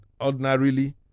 ordinarily